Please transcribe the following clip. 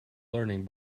learning